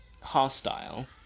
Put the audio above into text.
hostile